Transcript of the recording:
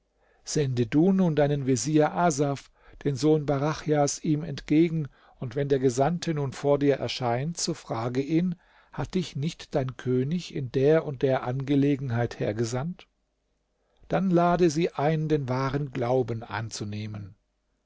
sende du nun deinen vezier asaf den sohn barachjas ihm entgegen und wenn der gesandte nun vor dir erscheint so frage ihn hat dich nicht dein könig in der und der angelegenheit hergesandt dann lade sie ein den wahren glauben anzunehmen